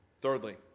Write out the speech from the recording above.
Thirdly